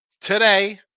today